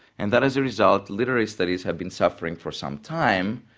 and that as a result literary studies have been suffering for some time,